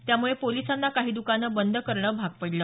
त्यामुळे पोलिसांना काही दकाना बंद करणे भाग पडले